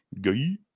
gay